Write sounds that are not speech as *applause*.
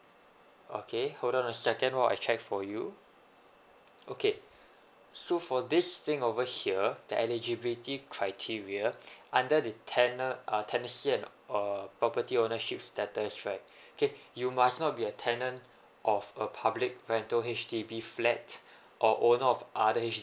okay hold on a second while I check for you okay so for this thing over here the eligibility criteria *breath* under the tenant uh tenancy and uh property ownership status right *breath* okay you must not be a tenant of a public rental H_D_B flat or owner of other H_